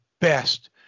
best